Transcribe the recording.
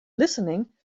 listening